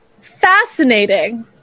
Fascinating